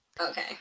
Okay